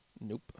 Nope